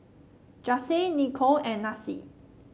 Jase Niko and Nasir